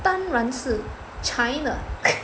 当然是 China